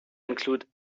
include